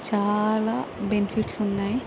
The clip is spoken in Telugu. చాలా బెనిఫిట్స్ ఉన్నాయి